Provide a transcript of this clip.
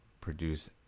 produce